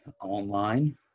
online